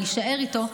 להישאר איתו,